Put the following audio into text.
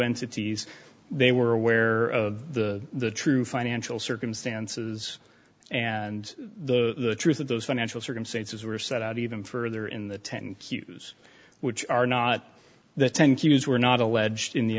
entities they were aware of the true financial circumstances and the truth of those financial circumstances were set out even further in the ten q s which are not the ten q s were not alleged in the